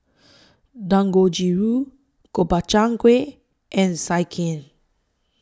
Dangojiru Gobchang Gui and Sekihan